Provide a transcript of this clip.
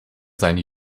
seine